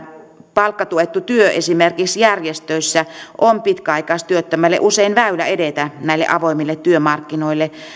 palkkatuettu työ esimerkiksi järjestöissä on pitkäaikaistyöttömälle usein väylä edetä näille avoimille työmarkkinoille